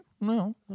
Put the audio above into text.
No